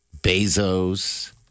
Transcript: Bezos